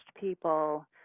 people